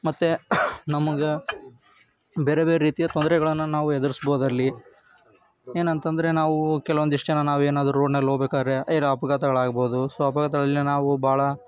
ಮತ್ತು ನಮ್ಮಂಗೆ ಬೇರೆ ಬೇರೆ ರೀತಿಯ ತೊಂದ್ರೆಗಳನ್ನು ನಾವು ಎದುರಿಸ್ಬೋದು ಅಲ್ಲಿ ಏನಂತ ಅಂದ್ರೆ ನಾವು ಕೆಲವೊಂದಿಷ್ಟು ಜನ ನಾವೇನಾದರೂ ರೋಡ್ನಲ್ಲಿ ಹೋಗ್ಬೇಕಾದ್ರೆ ಏನೋ ಅಪಘಾತಗಳಾಗ್ಬೋದು ಸೊ ಅಪಘಾತದಿಂದ ನಾವು ಭಾಳ